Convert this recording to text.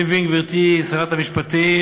אני מבין, גברתי שרת המשפטים,